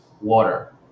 water